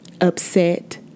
Upset